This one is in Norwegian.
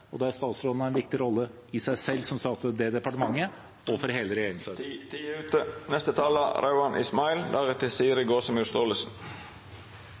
statsråden har i seg selv en viktig rolle som statsråd i det departementet og for hele regjeringssamarbeidet. Tida er ute.